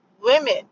women